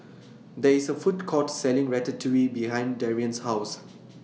There IS A Food Court Selling Ratatouille behind Darrion's House